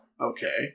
Okay